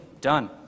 done